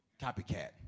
Copycat